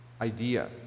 idea